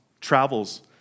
travels